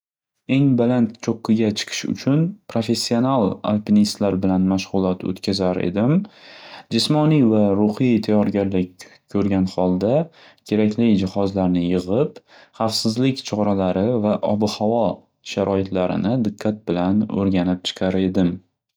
Eng baland cho'qqiga chiqish uchun professional alpinistlar bilan mashg'ulot o'tkazar edim. Jismoniy va ruhiy tatayyorgarlik k-ko'rgan holda kerakli jihozlarni yig'ib xavfsizlik choralari va obi-havo sharoitlarini diqqat bilan o'rganib chiqar edim.